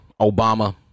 Obama